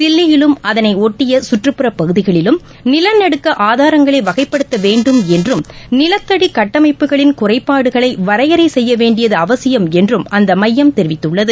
தில்லியிலும் அதனை ஒட்டிய கற்றுப்புறப் பகுதிகளிலும் நில நடுக்க ஆதாரங்களை வகைப்படுத்த வேண்டும் என்றும் நிலத்தடி கட்டமைப்புகளின் குறைபாடுகளை வரையறை செய்ய வேண்டியது அவசியம் என்றும் அந்த மையம் தெரிவித்துள்ளது